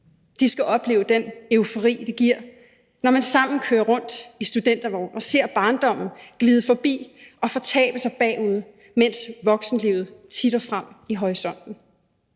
De skal opleve den eufori, det giver, når man sammen kører rundt i studentervogn og ser barndommen glide forbi og fortabe sig bagude, mens voksenlivet titter frem i horisonten.